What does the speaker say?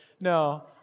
no